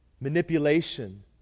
manipulation